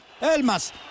Elmas